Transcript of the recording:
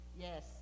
Yes